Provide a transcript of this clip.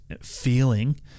feeling